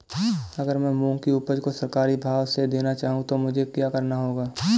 अगर मैं मूंग की उपज को सरकारी भाव से देना चाहूँ तो मुझे क्या करना होगा?